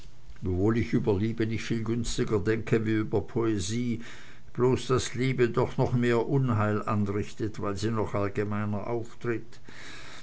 wiewohl ich über liebe nicht viel günstiger denke wie über poesie bloß daß liebe doch noch mehr unheil anrichtet weil sie noch allgemeiner auftritt